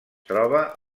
troba